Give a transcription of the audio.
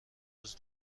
روز